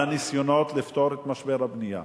על הניסיונות לפתור את משבר הבנייה.